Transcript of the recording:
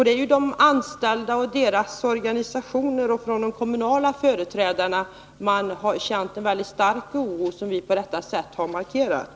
Det är de anställda, deras organisationer och kommunala företrädare som har känt en väldigt stark oro, och det är den som vi på detta sätt har markerat.